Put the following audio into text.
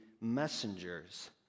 messengers